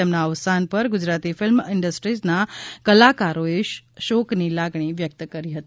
તેમના અવસાન પર ગુજરાતી ફિલ્મ ઈન્ડસ્ટ્રીના કલાકારોએશોકની લાગણી વ્યક્ત કરી હતી